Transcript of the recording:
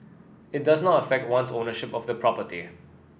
it does not affect one's ownership of the property